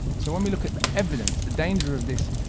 so when we look at the evidence the danger of this,